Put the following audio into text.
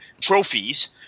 trophies